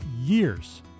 years